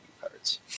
cards